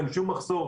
אין שום מחסור.